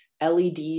LEDs